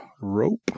rope